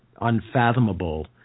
Unfathomable